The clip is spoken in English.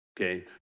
Okay